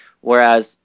whereas